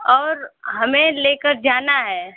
और हमें लेकर जाना है